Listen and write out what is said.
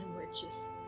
witches